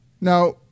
Now